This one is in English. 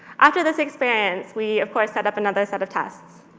after this experience, we, of course, set up another set of tests.